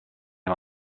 him